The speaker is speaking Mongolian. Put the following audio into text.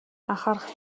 анхаарах